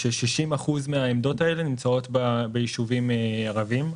כש-60% מהעמדות האלו נמצאות ביישובים הערביים.